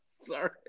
Sorry